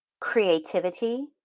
creativity